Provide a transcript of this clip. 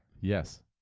yes